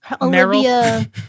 Olivia